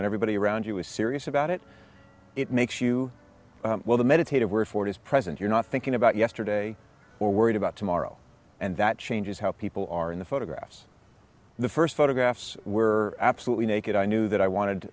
when everybody around you is serious about it it makes you well the meditative word for his presence you're not thinking about yesterday or worried about tomorrow and that changes how people are in the photographs the first photographs were absolutely naked i knew that i wanted